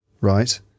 right